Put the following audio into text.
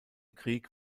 krieg